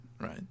Right